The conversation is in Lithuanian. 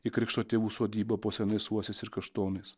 į krikšto tėvų sodybą po senais uosiais ir kaštonais